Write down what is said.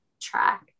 track